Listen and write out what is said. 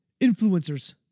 Influencers